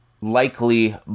likely